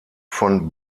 von